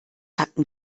hatten